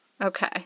Okay